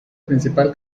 principal